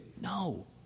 No